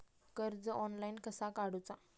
कर्ज ऑनलाइन कसा काडूचा?